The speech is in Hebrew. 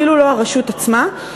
אפילו לא הרשות עצמה.